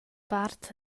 part